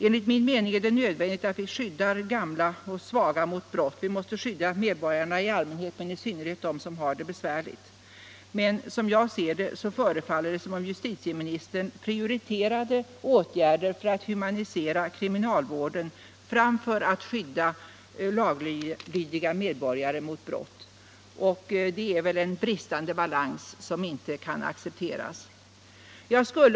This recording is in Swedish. Enligt min mening är det nödvändigt att vi skyddar gamla och svaga mot brott — vi måste skydda medborgarna i allmänhet men i synnerhet dem som har det besvärligt. Det förefaller emellertid som om justitieministern prioriterar åtgärder för att humanisera kriminalvården framför åtgärder för att skydda laglydiga medborgare mot brott. Det är väl en bristande balans som inte kan accepteras!